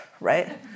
right